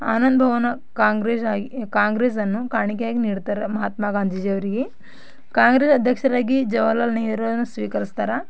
ಆನಂದ ಭವನ ಕಾಂಗ್ರೆಸ್ ಆಗಿ ಕಾಂಗ್ರೆಸನ್ನು ಕಾಣಿಕೆಯಾಗಿ ನೀಡ್ತಾರೆ ಮಹಾತ್ಮ ಗಾಂಧೀಜಿಯವರಿಗೆ ಕಾಂಗ್ರೆಸ್ ಅಧ್ಯಕ್ಷರಾಗಿ ಜವಾಹರ್ಲಾಲ್ ನೆಹರು ಅದನ್ನು ಸ್ವೀಕರಿಸ್ತಾರೆ